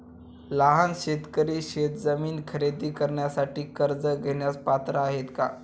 लहान शेतकरी शेतजमीन खरेदी करण्यासाठी कर्ज घेण्यास पात्र आहेत का?